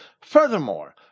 Furthermore